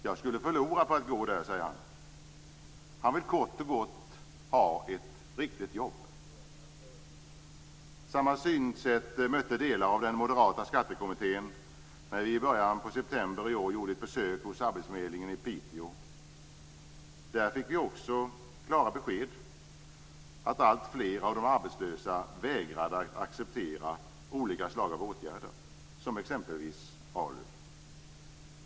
"Jag skulle förlora på att gå där!" säger han. Han vill kort och gott ha ett riktigt jobb. Samma synsätt mötte delar av den moderata skattekommittén när vi i början av september i år gjorde ett besök hos Arbetsförmedlingen i Piteå. Där fick vi klara besked att alltfler av de arbetslösa vägrar att acceptera olika slag av åtgärder, som exempelvis ALU.